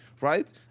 right